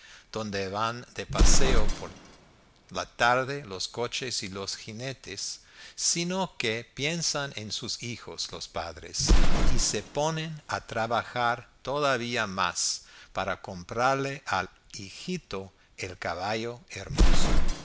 donde van de paseo por la tarde los coches y los jinetes sino que piensan en sus hijos los padres y se ponen a trabajar todavía más para comprarle al hijito el caballo hermoso